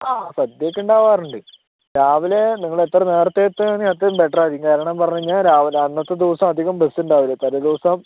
ആ സദ്യയൊക്കെ ഉണ്ടാവാറുണ്ട് രാവിലെ നിങ്ങളെത്ര നേരത്തെ എത്തുകയാണേൽ അത്രയും ബെറ്റർ ആയിരിക്കും കാരണം പറഞ്ഞു കഴിഞ്ഞാൽ രാവിലെ അന്നത്തെ ദിവസം അധികം ബസ്സുണ്ടാവില്ല തലേ ദിവസം